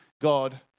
God